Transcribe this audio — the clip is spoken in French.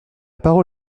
parole